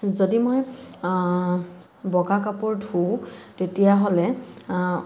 যদি মই বগা কাপোৰ ধো তেতিয়াহ'লে